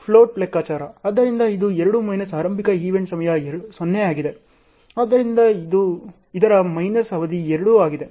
float ಲೆಕ್ಕಾಚಾರ ಆದ್ದರಿಂದ ಇದು 2 ಮೈನಸ್ ಆರಂಭಿಕ ಈವೆಂಟ್ ಸಮಯ 0 ಆಗಿದೆ ಆದ್ದರಿಂದ ಇದರ ಮೈನಸ್ ಅವಧಿ 2 ಆಗಿದೆ